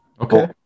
Okay